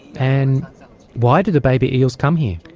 and why do the baby eels come here?